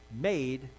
made